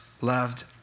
loved